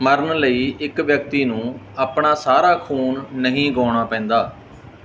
ਮਰਨ ਲਈ ਇੱਕ ਵਿਅਕਤੀ ਨੂੰ ਆਪਣਾ ਸਾਰਾ ਖ਼ੂਨ ਨਹੀਂ ਗੁਆਉਣਾ ਪੈਂਦਾ